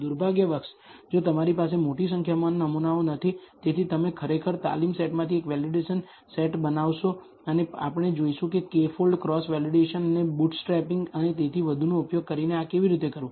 દુર્ભાગ્યવશ જો તમારી પાસે મોટી સંખ્યામાં નમૂનાઓ નથી તેથી તમે ખરેખર તાલીમ સેટમાંથી એક વેલિડેશન સેટ બનાવશો અને આપણે જોઈશું કે K ફોલ્ડ ક્રોસ વેલિડેશન અને બુટસ્ટ્રેપિંગ અને તેથી વધુનો ઉપયોગ કરીને આ કેવી રીતે કરવું